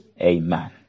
Amen